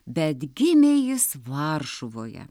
bet gimė jis varšuvoje